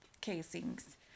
casings